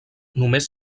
només